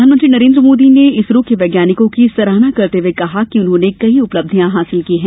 प्रधानमंत्री नरेन्द्र मोदी ने इसरो के वैज्ञानिकों की सराहना करते हुए कहा कि उन्होंने कई उपलब्धियां हासिल की है